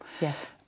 Yes